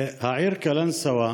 העיר קלנסווה